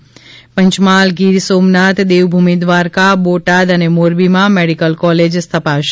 ત પંચમહાલ ગીર સોમનાથ દેવભૂમિ દ્વારકા બોટાદ અને મોરબીમાં મેડીકલ કોલેજ સ્થા પશે